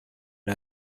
who